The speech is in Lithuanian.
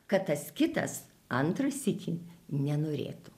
kad tas kitas antrą sykį nenorėtų